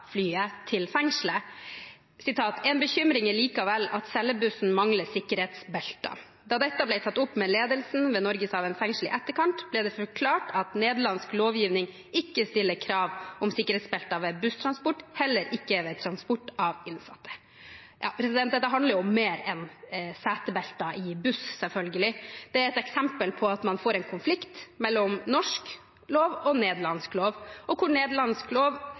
flyet til fengslet: «En bekymring er likevel at cellebussen manglet sikkerhetsbelter. Da dette ble tatt opp med ledelsen ved Norgerhaven fengsel i etterkant, ble det forklart at nederlandsk lovgivning ikke stiller krav om sikkerhetsbelter ved busstransport, heller ikke ved transport av innsatte.» Dette handler om mer enn setebelter i buss, selvfølgelig. Det er et eksempel på at man får en konflikt mellom norsk lov og nederlandsk lov, hvor nederlandsk lov